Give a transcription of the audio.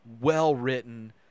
well-written